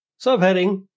Subheading